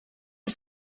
the